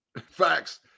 Facts